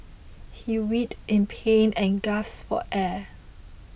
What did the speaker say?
he writhed in pain and gasped for air